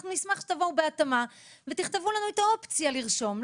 והם ישמחו לעשות התאמה ותכתבו לנו את האופציה לרשום,